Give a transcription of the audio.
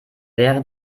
wäre